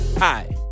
Hi